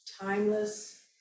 timeless